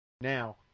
Now